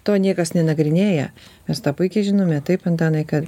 to niekas nenagrinėja mes tą puikiai žinome taip antanai kad